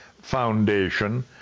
Foundation